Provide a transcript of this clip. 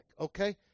okay